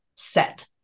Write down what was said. set